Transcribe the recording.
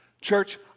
Church